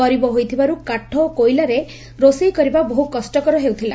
ଗରିବ ହୋଇଥିବାରୁ କାଠ ଓ କୋଇଲାରେ ରୋଷେଇ କରିବା ବହୁ କଷକର ହେଉଥିଲା